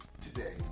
Today